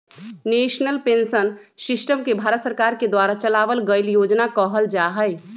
national pension system के भारत सरकार के द्वारा चलावल गइल योजना कहल जा हई